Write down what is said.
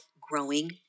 growing